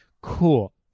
cool